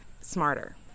smarter